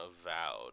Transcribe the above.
avowed